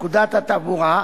לפקודת התעבורה,